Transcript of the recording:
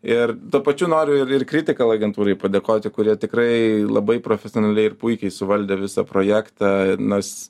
ir tuo pačiu noriu ir ir kritikal agentūrai padėkoti kurie tikrai labai profesionaliai ir puikiai suvaldė visą projektą nors